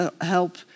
help